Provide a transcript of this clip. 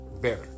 better